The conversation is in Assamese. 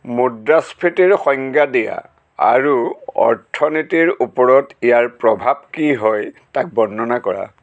মুদ্ৰাস্ফীতিৰ সংজ্ঞা দিয়া আৰু অৰ্থনীতিৰ ওপৰত ইয়াৰ প্ৰভাৱ কি হয় তাক বৰ্ণনা কৰা